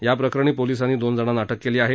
या प्रकरणी पोलीसांनी दोन जणांना अटक केली आहे